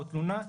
או תלונה,